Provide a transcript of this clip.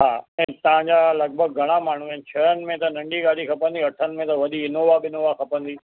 हा ऐं तव्हां जा लॻिभॻि घणा माण्हू आहिनि छहनि में त नंढी गाॾी खपंदी अठनि में त वॾी इनोवा विनोवा खपंदी